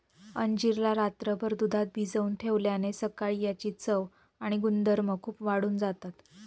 अंजीर ला रात्रभर दुधात भिजवून ठेवल्याने सकाळी याची चव आणि गुणधर्म खूप वाढून जातात